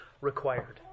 required